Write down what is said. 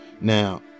Now